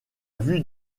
vue